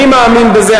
אני מאמין בזה.